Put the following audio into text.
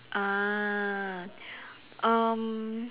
ah um